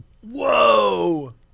Whoa